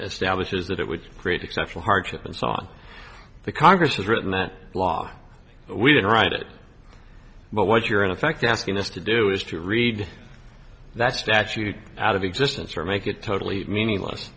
is that it would create exceptional hardship and so on the congress has written that law we didn't write it but what you are in effect asking us to do is to read that statute out of existence or make it totally meaningless